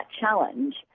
challenge